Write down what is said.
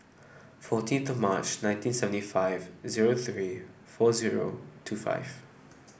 fourteen to March nineteen seventy five zero three four zero two five